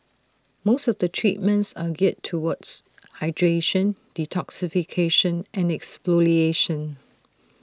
most of the treatments are geared towards hydration detoxification and exfoliation